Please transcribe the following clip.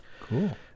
Cool